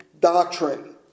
doctrine